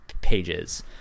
pages